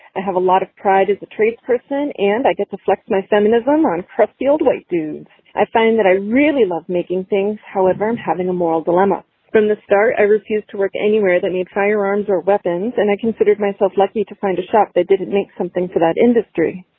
and have a lot of pride as a truth person and i get to flex my feminism on the field way do i find that i really love making things. however i'm having a moral dilemma from the start. i refuse to work anywhere that mean firearms or weapons and i considered myself lucky to find a shop that didn't make something for that industry.